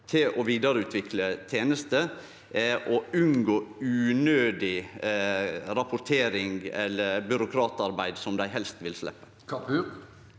til å vidareutvikle tenester og unngå unødig rapportering eller byråkratarbeid som dei helst vil sleppe.